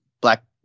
black